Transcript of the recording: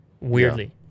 Weirdly